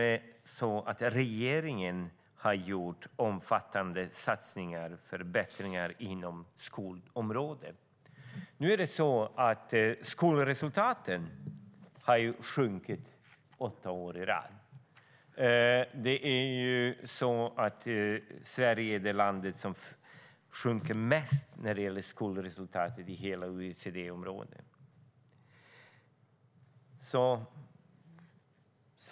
Det står att "regeringen har gjort omfattande satsningar och förbättringar inom skolområdet". Men nu är det så att skolresultaten har sjunkit åtta år i rad. Sverige är det land som sjunker mest när det gäller skolresultaten i hela OECD-området.